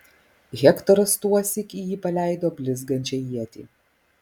hektoras tuosyk į jį paleido blizgančią ietį